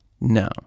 No